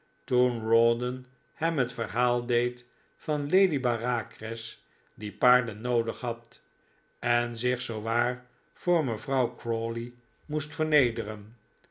toen rawdon hem het verhaal deed van lady bareacres die paarden noodig had en zich zoowaar voor mevrouw crawley moest vernederen